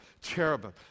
cherubim